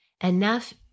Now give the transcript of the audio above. enough